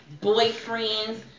boyfriends